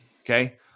Okay